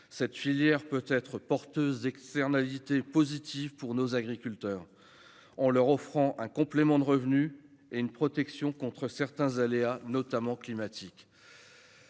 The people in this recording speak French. Cette filière peut être porteuse d'externalités positives pour nos agriculteurs, en leur offrant un complément de revenu et une protection contre certains aléas, notamment climatiques.